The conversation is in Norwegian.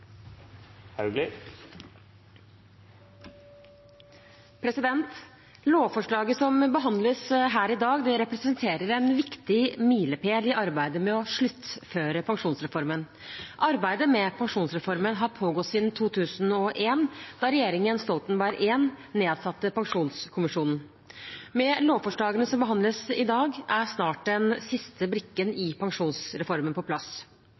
partane. Lovforslaget som behandles her i dag, representerer en viktig milepæl i arbeidet med å sluttføre pensjonsreformen. Arbeidet med pensjonsreformen har pågått siden 2001, da regjeringen Stoltenberg I nedsatte Pensjonskommisjonen. Med lovforslagene som behandles i dag, er snart den siste brikken i pensjonsreformen på plass.